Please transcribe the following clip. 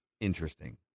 Interesting